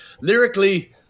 Lyrically